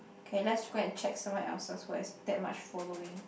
okay let's go and check someone else's who has that much following